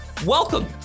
Welcome